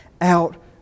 out